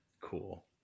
Cool